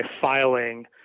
filing